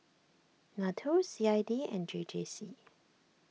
Nato C I D and J J C